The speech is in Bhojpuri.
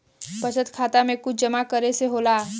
बचत खाता मे कुछ जमा करे से होला?